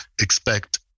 expect